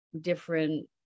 different